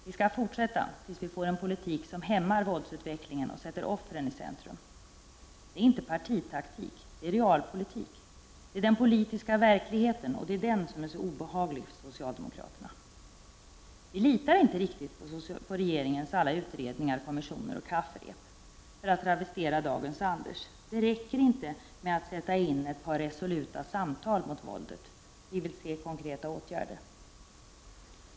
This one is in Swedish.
Vi skall fortsätta tills vi får en politik som hämmar våldsutvecklingen och sätter offren i centrum. Det är inte partitaktik — det är realpolitik. Det är den politiska verkligheten, och det är den som är så obehaglig för socialdemokraterna. Vi litar inte riktigt på regeringens alla utredningar, kommissioner och kafferep. För att travestera dagens Anders: Det räcker inte med att sätta in ett par resoluta samtal mot våldet — vi vill se konkreta åtgärder.